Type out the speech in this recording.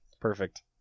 Perfect